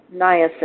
niacin